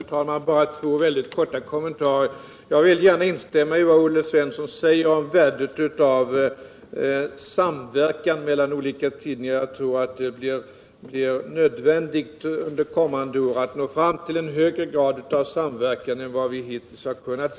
Herr talman! Det är bara två mycket korta kommentarer. Jag vill gärna instämma i vad Olle Svensson säger om värdet av samverkan mellan olika tidningar. Jag tror att det under kommande år blir nödvändigt att nå fram till en högre grad av samverkan än den man hittills haft.